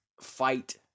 fight